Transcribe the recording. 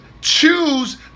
choose